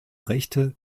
rechte